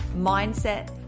mindset